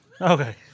Okay